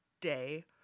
day